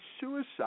suicide